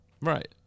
Right